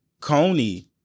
Coney